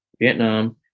Vietnam